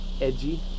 edgy